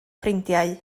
ffrindiau